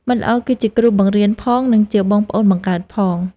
មិត្តល្អគឺជាគ្រូបង្រៀនផង និងជាបងប្អូនបង្កើតផង។